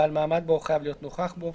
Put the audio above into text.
בעל מעמד בו או חייב להיות נוכח בו,